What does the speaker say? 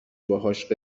باهاش